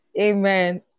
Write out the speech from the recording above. amen